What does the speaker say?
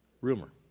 rumor